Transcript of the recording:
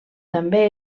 també